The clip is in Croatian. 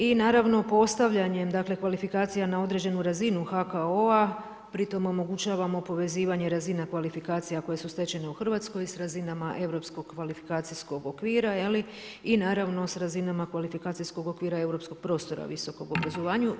I naravno postavljanjem dakle kvalifikacija na određenu razinu HKO-a pri tome omogućavamo povezivanje razina kvalifikacija koje su stečene u Hrvatskoj s razinama europskog kvalifikacijskog okvira i naravno s razinama kvalifikacijskog okvira europskog prostora visokog obrazovanja.